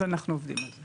אז אנחנו עובדים על זה.